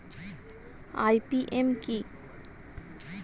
IPM কি?